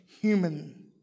human